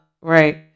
Right